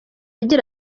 agira